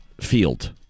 field